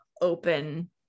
open